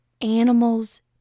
animals